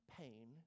pain